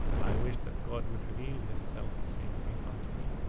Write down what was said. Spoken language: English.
i wished that god would reveal this self same thing unto me.